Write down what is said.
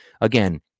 again